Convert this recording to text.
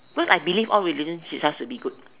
because all religion ship as to be good